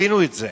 שתבינו את זה.